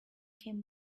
came